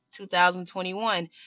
2021